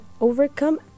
overcome